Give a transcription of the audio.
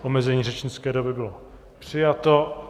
Omezení řečnické doby bylo přijato.